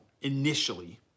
initially